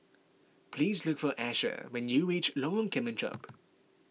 please look for Asher when you reach Lorong Kemunchup